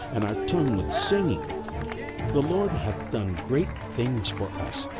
and our tongue with singing the lord hath done great things for us,